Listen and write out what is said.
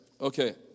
Okay